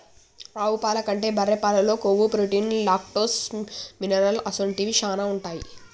ఆవు పాల కంటే బర్రె పాలల్లో కొవ్వు, ప్రోటీన్, లాక్టోస్, మినరల్ అసొంటివి శానా ఉంటాయి